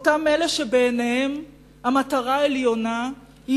אותם אלה שבעיניהם המטרה העליונה היא